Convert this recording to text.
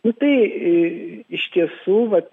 nu tai iš tiesų vat